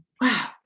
Wow